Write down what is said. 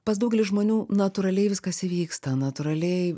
pas daugelį žmonių natūraliai viskas įvyksta natūraliai